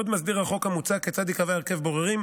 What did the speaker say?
עוד מסדיר החוק המוצע כיצד ייקבע הרכב בוררים,